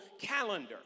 calendar